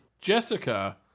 Jessica